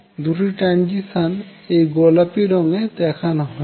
দুটি ট্রাঞ্জিশান এই গোলাপি রঙ্গে দেখানো হয়েছে